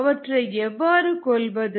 அவற்றை எவ்வாறு கொல்லுவது